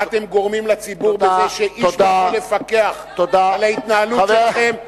מה אתם גורמים לציבור בזה שאיש לא יכול לפקח על ההתנהלות שלכם,